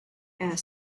air